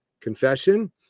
confession